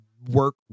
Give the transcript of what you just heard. work